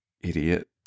Idiot